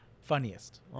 Funniest